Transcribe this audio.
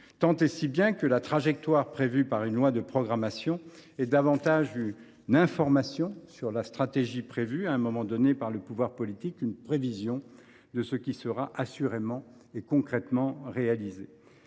connues. Ainsi, la trajectoire prévue par une loi de programmation est davantage une information sur la stratégie prévue à un moment donné par le pouvoir politique qu’une prévision de ce qui sera assurément et concrètement réalisé.